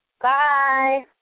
Bye